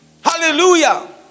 Hallelujah